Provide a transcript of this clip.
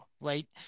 right